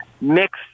mixed